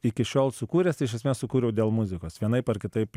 iki šiol sukūręs tai iš esmės sukūriau dėl muzikos vienaip ar kitaip